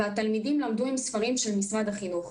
כאשר התלמידים למדו עם ספרים של משרד החינוך.